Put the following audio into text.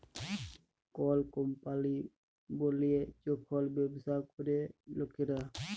call কম্পলি বলিয়ে যখল ব্যবসা ক্যরে লকরা